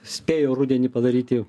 spėjo rudenį padaryti